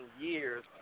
years